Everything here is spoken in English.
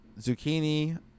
zucchini